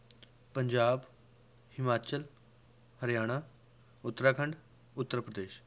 Punjab Himachal Haryana Uttarakhand Uttar Pradesh